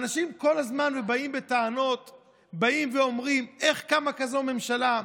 ואנשים כל הזמן באים בטענות ואומרים: איך קמה כזאת ממשלה?